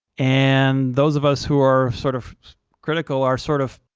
and those of us who are, sort of critical, are, sort of,